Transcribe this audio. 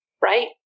Right